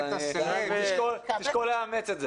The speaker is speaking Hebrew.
אני מבין את הקושי,